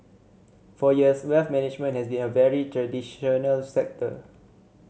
for years wealth management has been a very traditional sector